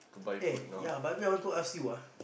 eh ya by the way I want to ask you ah